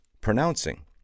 pronouncing